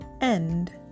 end